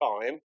time